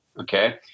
okay